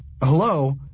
hello